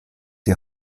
die